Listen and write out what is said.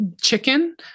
chicken